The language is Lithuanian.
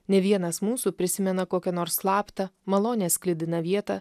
ne vienas mūsų prisimena kokią nors slaptą malonės sklidiną vietą